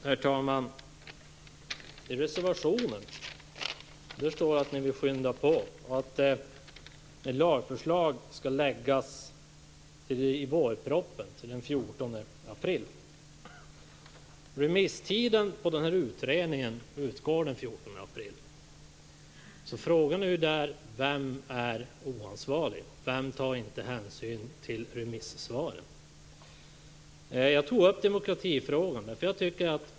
Herr talman! I reservationen står det att ni vill skynda på och att ett lagförslag bör läggas fram inför vårpropositionen, till den 14 april. Remisstiden på utredningen går ut den 14 april. Frågan är vem det är som är oansvarig. Vem tar inte hänsyn till remissvaren? Jag tog upp demokratifrågan.